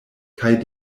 kaj